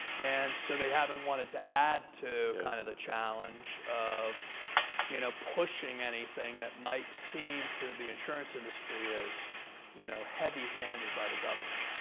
and so they haven't wanted to add to kind of the challenge of you know pushing anything that might seem to the insurance industry as you know heavy-handed by the government.